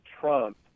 Trump